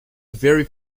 very